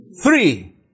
Three